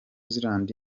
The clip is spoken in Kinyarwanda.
zealand